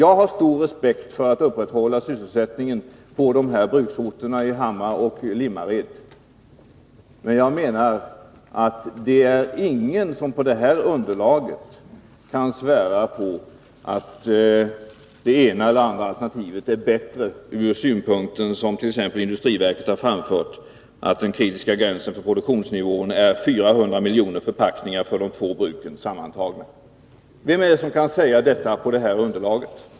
Jag har stor respekt för att man vill upprätthålla sysselsättningen på bruksorterna Hammar och Limmared. Men det är ingen som med det här underlaget kan svära på att det ena alternativet är bättre än det andra ur synpunkten, som exempelvis industriverket har framfört, att den kritiska gränsen för produktionsnivån är 400 miljoner förpackningar för de två bruken gemensamt. Vem är det som kan säga detta med ett sådant här underlag?